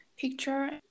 picture